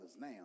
now